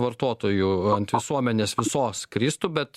vartotojų ant visuomenės visos kristų bet